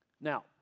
Now